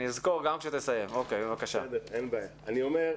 צריך לזכור,